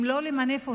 אם לא למנף אותה,